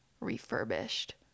refurbished